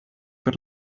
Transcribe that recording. per